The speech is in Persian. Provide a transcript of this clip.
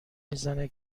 میزنه